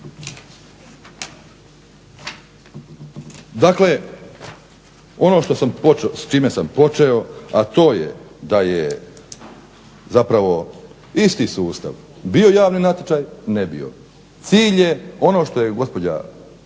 Dakle, ono što s čime sam počeo a to je isti sustav bio javni natječaj, ne bio. Cilj je ono što je gospođa